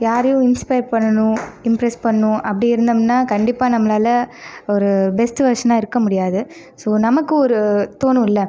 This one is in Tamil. யாரையும் இன்ஸ்பயர் பண்ணனும் இம்ப்ரஸ் பண்ணனும் அப்படி இருந்தோம்னா கண்டிப்பாக நம்மளால் ஒரு பெஸ்ட் வெர்ஷனா இருக்கற முடியாது ஸோ நமக்கு ஒரு தோணும்ல